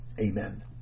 amen